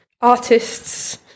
artists